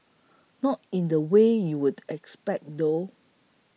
not in the way you would expect though